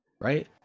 right